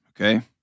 okay